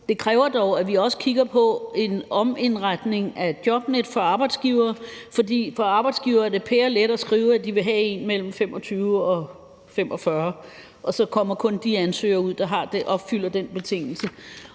Det kræver dog, at vi også kigger på en omindretning af jobnet for arbejdsgivere, fordi det for arbejdsgivere er pærelet at skrive, at de vil have en mellem 25 og 45 år, og så kommer kun de ansøgere ud, der opfylder den betingelse,